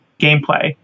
gameplay